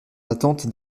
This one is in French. attente